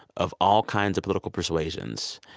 of all kinds of political persuasions.